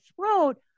throat